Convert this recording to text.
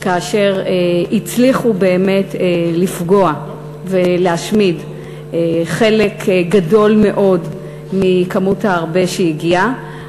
והצליחו לפגוע ולהשמיד חלק גדול מאוד מכמות הארבה שהגיע.